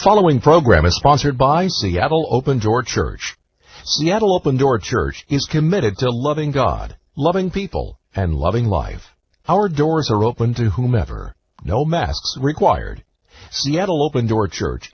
following program is sponsored by seattle open door church yet all open door church is committed to loving god loving people and loving life our doors are open to whomever no mass required seattle open door church